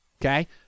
okay